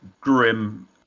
grim